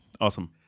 Awesome